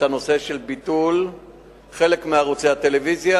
הזכרת את נושא ביטול חלק מערוצי הטלוויזיה,